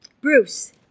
Bruce